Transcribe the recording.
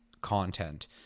content